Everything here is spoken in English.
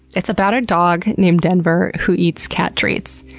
it's about a dog named denver who eats cat treats.